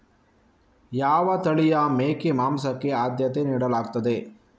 ಯಾವ ತಳಿಯ ಮೇಕೆ ಮಾಂಸಕ್ಕೆ ಆದ್ಯತೆ ನೀಡಲಾಗ್ತದೆ?